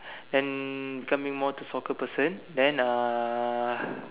and becoming more to soccer person then uh